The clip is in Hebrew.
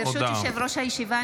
ברשות יושב-ראש הישיבה,